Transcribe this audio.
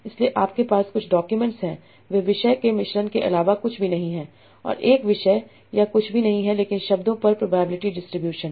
इसलिए आपके पास कुछ डॉक्यूमेंट्स हैं वे विषय के मिश्रण के अलावा कुछ भी नहीं हैं और एक विषय यह कुछ भी नहीं है लेकिन शब्दों पर प्रोबेबिलिटी डिस्ट्रीब्यूशन